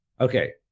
Okay